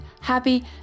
happy